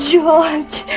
George